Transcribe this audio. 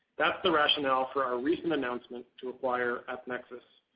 that's the rationale for our recent announcement to acquire appnexus.